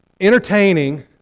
Entertaining